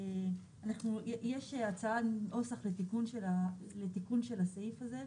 יש הצעת נוסח לתיקון של הסעיף הזה,